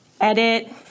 edit